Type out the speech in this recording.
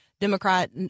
Democrat